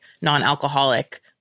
non-alcoholic